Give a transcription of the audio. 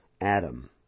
Adam